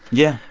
yeah.